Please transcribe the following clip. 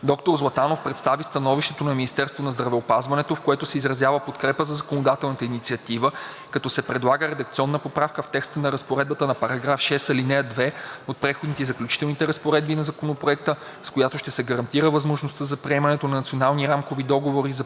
Доктор Златанов представи становището на Министерството на здравеопазването, в което се изразява подкрепа за законодателната инициатива, като се предлага редакционна поправка в текста на Разпоредбата на § 6, ал. 2 от Преходните и заключителните разпоредби на Законопроекта, с която ще се гарантира възможността за приемане на национални рамкови договори за